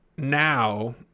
Now